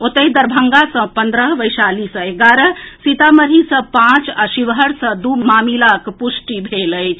ओतहि दरभंगा सँ पन्द्रह वैशाली सँ एगारह सीतामढ़ी सँ पांच आ शिवहर सँ दू मामिलाक पुष्टि भेल अछि